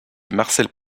marcel